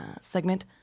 segment